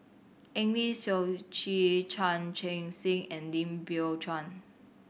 Eng Lee Seok Chee Chan Chun Sing and Lim Biow Chuan